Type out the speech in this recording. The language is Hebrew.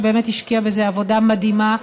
שבאמת השקיע בזה עבודה מדהימה,